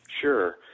Sure